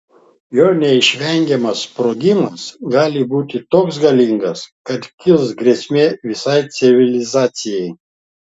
jo neišvengiamas sprogimas gali būti toks galingas kad kils grėsmė visai civilizacijai